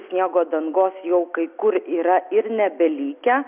sniego dangos jau kai kur yra ir nebelikę